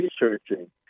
researching